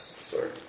Sorry